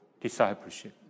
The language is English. discipleship